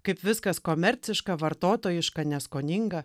kaip viskas komerciška vartotojiška neskoninga